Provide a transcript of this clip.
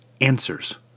answers